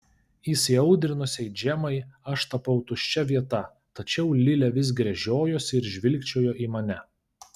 įsiaudrinusiai džemai aš tapau tuščia vieta tačiau lilė vis gręžiojosi ir žvilgčiojo į mane